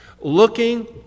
looking